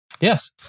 Yes